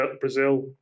Brazil